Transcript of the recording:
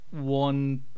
one